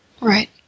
Right